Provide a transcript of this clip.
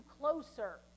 closer